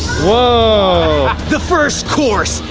whoa. the first course,